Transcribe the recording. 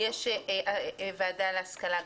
יש ועדה להשכלה גבוהה,